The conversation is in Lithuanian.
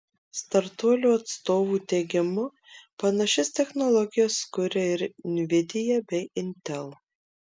startuolio atstovų teigimu panašias technologijas kuria ir nvidia bei intel